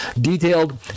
detailed